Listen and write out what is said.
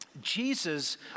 Jesus